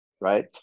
right